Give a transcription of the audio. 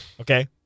okay